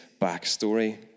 backstory